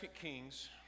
Kings